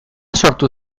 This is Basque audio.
sortu